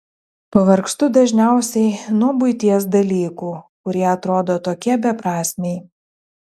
pavargstu dažniausiai nuo buities dalykų kurie atrodo tokie beprasmiai